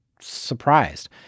surprised